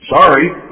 Sorry